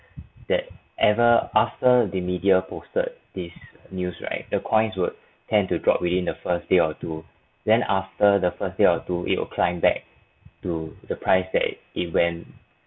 that ever after the media posted this news right the coins would tend to drop within the first day or two then after the first year or two it'll climbed back to the price that it when